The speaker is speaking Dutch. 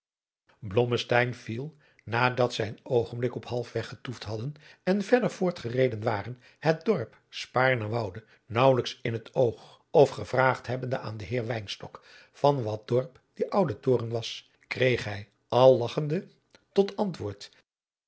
viel nadat zij een oogenblik op halfweg getoefd hadden en verder voort gereden waren het dorp spaarnwoude naauwelijks in het oog of gevraagd hebbende aan den heer wynstok van wat dorp die oude toren was kreeg hij allagchende tot antwoord